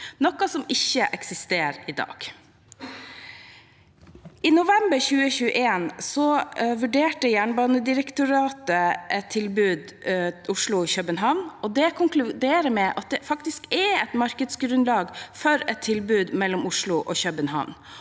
noe som ikke eksisterer i dag. I november 2021 vurderte Jernbanedirektoratet et tilbud Oslo–København. Vurderingen konkluderer med at det er et markedsgrunnlag for et tilbud mellom Oslo og København.